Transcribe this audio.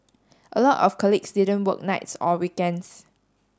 a lot of colleagues didn't work nights or weekends